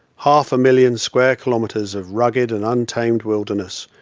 half-a-million square kilometers of rugged and untamed wilderness,